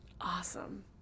Awesome